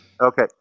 Okay